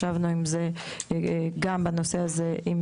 ישבנו גם בנושא הזה עם